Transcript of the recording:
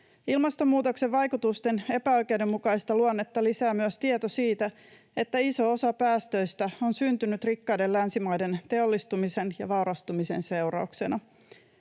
Ilmastonmuutoksen vaikutusten epäoikeudenmukaista luonnetta lisää myös tieto siitä, että iso osa päästöistä on syntynyt rikkaiden länsimaiden teollistumisen ja vaurastumisen seurauksena.